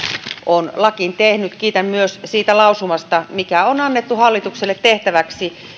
on lakiin tehnyt kiitän myös siitä lausumasta jossa on annettu hallitukselle tehtävä